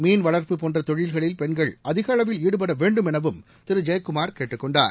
மீன்வளர்ப்பு தொழில்களில் பெண்கள் அதிகளவில் ஈடுபட வேண்டும் எனவும் திரு ஜெயக்குமார் கேட்டுக்கொண்டார்